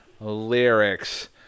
lyrics